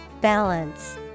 Balance